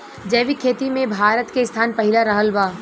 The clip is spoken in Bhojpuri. जैविक खेती मे भारत के स्थान पहिला रहल बा